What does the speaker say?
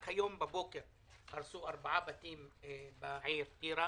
רק הבוקר הרסו ארבעה בתים בעיר טירה